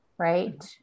right